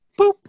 Boop